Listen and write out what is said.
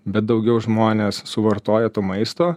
bet daugiau žmonės suvartoja to maisto